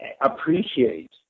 appreciate